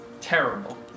Terrible